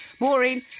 Maureen